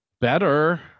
better